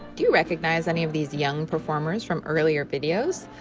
do you recognize any of these young performers from earlier videos?